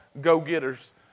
go-getters